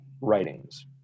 writings